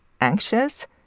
anxious